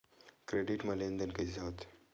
Credit मा लेन देन कइसे होथे?